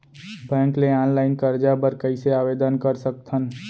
Bank ले online करजा बर कइसे आवेदन कर सकथन?